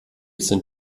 sind